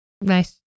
nice